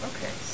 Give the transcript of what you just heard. Okay